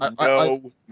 no